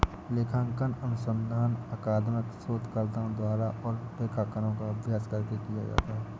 लेखांकन अनुसंधान अकादमिक शोधकर्ताओं द्वारा और लेखाकारों का अभ्यास करके किया जाता है